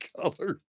Color